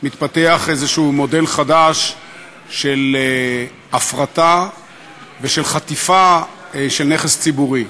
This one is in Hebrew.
מתפתח איזה מודל חדש של הפרטה ושל חטיפה של נכס ציבורי.